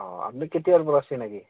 অঁ আপোনাৰ কেতিয়াৰপৰা চিনাকি